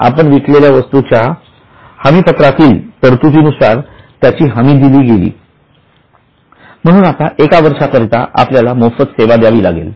आपण विकलेल्या वस्तूच्या हमी पत्रातील तरतुदी नुसार त्यांची हमी दिलीम्हणून आता एक वर्षाकरिता आपल्याला मोफत सेवा द्यावी लागेल